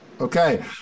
Okay